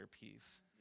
peace